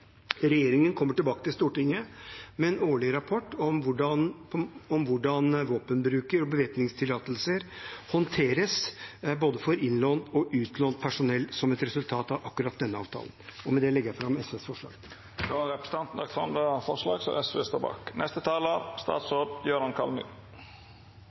regjeringen kommer tilbake til Stortinget med en årlig rapport om hvordan våpenbruk og bevæpningstillatelser håndteres for både innlånt og utlånt personell som et resultat av akkurat denne avtalen. Med det legger jeg fram SVs forslag. Representanten Petter Eide har